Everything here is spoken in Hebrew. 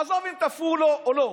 עזוב אם תפרו לו או לא,